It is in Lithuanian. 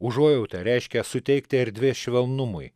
užuojauta reiškia suteikti erdvės švelnumui